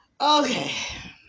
Okay